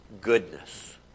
goodness